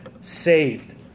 Saved